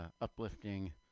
uplifting